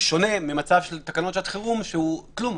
שונה ממצב של תקנות שעת חירום שהיא כלום.